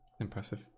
Impressive